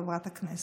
חברת הכנסת,